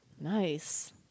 nice